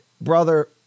brother